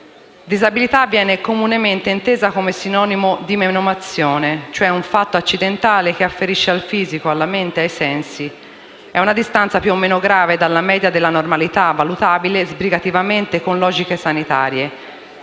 disabilità viene comunemente intesa come sinonimo di menomazione, cioè un fatto accidentale che afferisce al fisico, alla mente, ai sensi; è una distanza più o meno grave dalla media della normalità, valutabile, sbrigativamente, con logiche sanitarie.